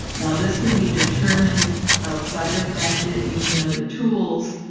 now this can be determined outside of bankit using other tools.